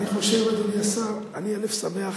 אני חושב, אדוני השר, אני שמח,